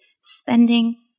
spending